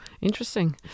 Interesting